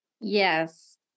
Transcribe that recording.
Yes